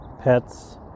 pets